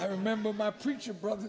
i remember my preacher brother